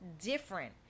different